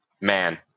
man